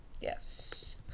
Yes